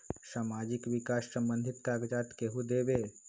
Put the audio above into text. समाजीक विकास संबंधित कागज़ात केहु देबे?